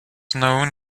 known